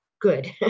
good